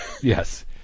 Yes